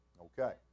Okay